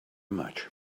much